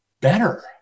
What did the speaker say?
better